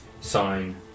sign